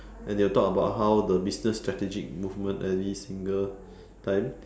and they'll talk about how the business strategic movement every single time